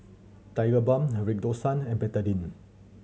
Tigerbalm Redoxon and Betadine